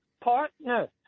partner